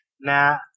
Nah